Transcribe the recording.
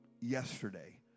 yesterday